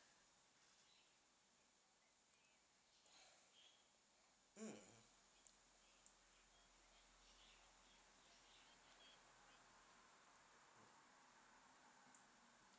mm